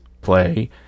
play